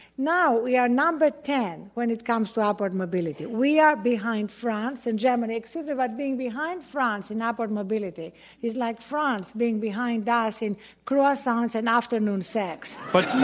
now we are number ten when it comes to upward mobility. we are behind france and germany. excuse me, but being behind france in upward mobility is like france being behind ah us in croissants and afternoon sex. but